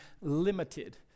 limited